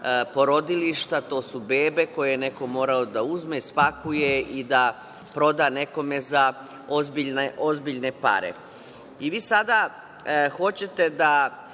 to su bebe koje je neko morao da uzme, spakuje i da proda nekome za ozbiljne pare. Vi sada hoćete da,